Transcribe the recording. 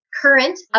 current